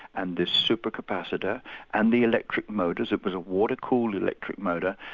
and the super capacitor and the electric motors, it was a water-cooled electric motor,